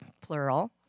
plural